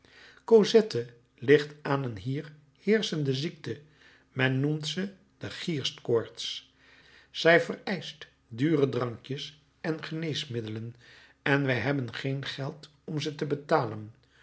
cosette ligt aan een hier heerschende ziekte men noemt ze de gierstkoorts zij vereischt dure drankjes en geneesmiddelen en wij hebben geen geld om ze te betalen